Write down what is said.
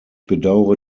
bedaure